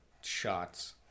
shots